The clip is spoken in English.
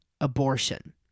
abortion